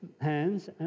hands